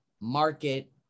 market